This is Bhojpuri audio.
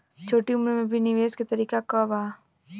छोटी उम्र में भी निवेश के तरीका क बा?